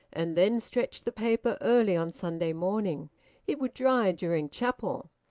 and then stretch the paper early on sunday morning it would dry during chapel.